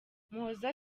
muhoza